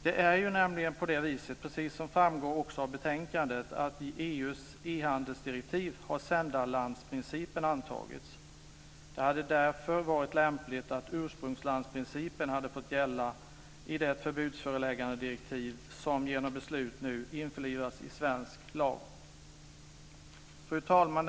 Det är ju nämligen på det viset, precis som framgår också av betänkandet, att i EU:s e-handelsdirektiv har sändarlandsprincipen antagits. Det hade därför varit lämpligt att ursprungslandsprincipen hade fått gälla i det förbudsföreläggandedirektiv som genom beslut nu införlivas i svensk lag. Fru talman!